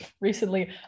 recently